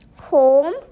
home